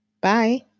Bye